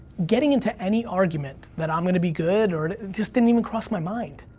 getting into any argument that i'm gonna be good or, it just didn't even cross my mind.